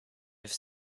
have